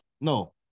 No